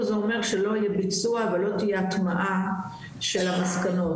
זה אומר שלא יהיה ביצוע ולא תהיה הטמעה של המסקנות,